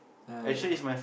yeah wait ah